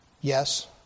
yes